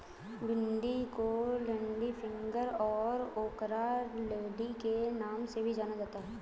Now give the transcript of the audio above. भिन्डी को लेडीफिंगर और ओकरालेडी के नाम से भी जाना जाता है